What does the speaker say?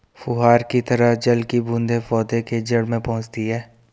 फुहार की तरह जल की बूंदें पौधे के जड़ में पहुंचती है